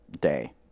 day